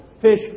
Fish